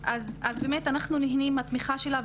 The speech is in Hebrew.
אז באמת אנחנו נהנים מהתמיכה שלה,